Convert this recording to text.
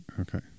Okay